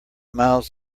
miles